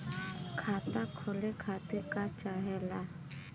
खाता खोले खातीर का चाहे ला?